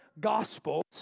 Gospels